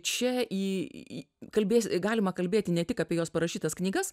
čia į kalbės galima kalbėti ne tik apie jos parašytas knygas